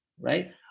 right